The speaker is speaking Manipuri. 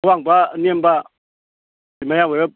ꯑꯋꯥꯡꯕ ꯑꯅꯦꯝꯕ ꯑꯗꯒꯤ ꯃꯌꯥꯏ ꯋꯥꯏꯔꯞ